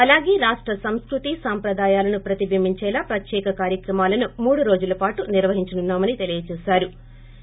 అలాగే రాష్ట సంస్కృతి సంప్రదాయాలను ప్రతిబింబించేలా ప్రత్యేక కార్వక్రమాలను మూడల్లో రోజుల పాటు నిర్వహించనున్నారు అని తెలియజేశారు